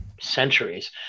centuries